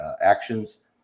actions